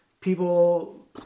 people